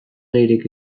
leirek